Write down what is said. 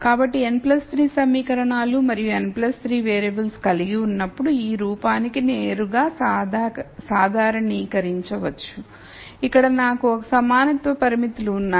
కాబట్టి n 3 సమీకరణాలు మరియు n 3 వేరియబుల్స్ కలిగి ఉన్నప్పుడు ఈ రూపానికి నేరుగా సాధారణీకరించవచ్చు ఇక్కడ నాకు l సమానత్వ పరిమితులు ఉన్నాయి